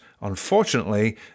unfortunately